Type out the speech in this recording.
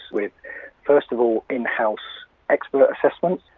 with first of all in-house expert assessments.